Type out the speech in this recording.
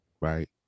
right